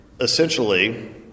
essentially